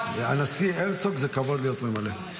הנשיא הרצוג, זה כבוד להיות ממלא מקום שלו.